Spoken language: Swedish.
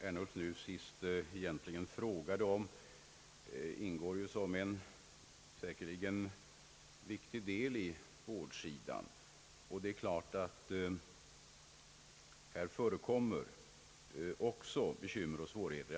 Herr talman! Herr Ernulfs senaste fråga berör något som ingår som en säkerligen viktig del i vårdsidan, och här förekommer givetvis också bekymmer och svårigheter.